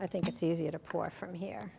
i think it's easier to pour from here